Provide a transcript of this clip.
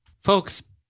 Folks